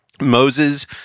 Moses